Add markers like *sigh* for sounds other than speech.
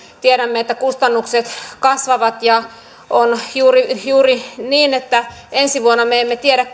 tiedämme että kustannukset kasvavat on juuri niin niin että ensi vuodesta me emme tiedä *unintelligible*